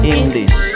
English